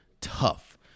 tough